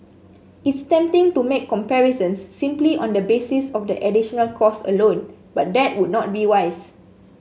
it's tempting to make comparisons simply on the basis of the additional cost alone but that would not be wise